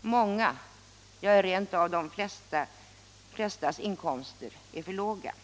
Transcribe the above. Mångas, ja, rent av de flestas, inkomster är för låga.